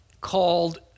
called